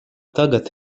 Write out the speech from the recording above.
tagad